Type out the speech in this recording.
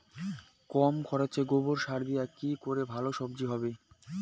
কম খরচে গোবর সার দিয়ে কি করে ভালো সবজি হবে?